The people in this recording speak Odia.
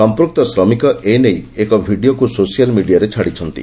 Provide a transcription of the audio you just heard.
ସମ୍ମୁକ୍ତ ଶ୍ରମିକ ଏ ନେଇ ଏକ ଭିଡିଓକ୍ ସୋସିଆଲ ମିଡିଆରେ ଛାଡିଛନ୍ତି